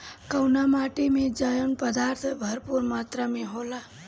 कउना माटी मे जैव पदार्थ भरपूर मात्रा में होला?